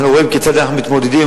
אנחנו רואים כיצד אנחנו מתמודדים,